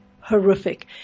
horrific